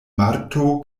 marto